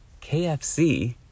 KFC